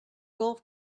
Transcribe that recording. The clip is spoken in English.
golf